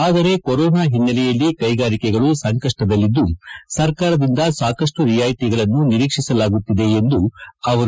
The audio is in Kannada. ಆದರೆ ಕೊರೊನಾ ಹಿನ್ನೆಲೆಯಲ್ಲಿ ಕೈಗಾರಿಕೆಗಳು ಸಂಕಷ್ಟದಲ್ಲಿದ್ದು ಸರ್ಕಾರದಿಂದ ಸಾಕಷ್ಟು ರಿಯಾಯಿತಿಗಳನ್ನು ನಿರೀಕ್ಷಿಸಲಾಗುತ್ತಿದೆ ಎಂದರು